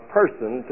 person